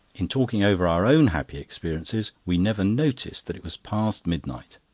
in talking over our own happy experiences, we never noticed that it was past midnight.